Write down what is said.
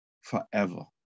forever